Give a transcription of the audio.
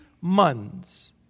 months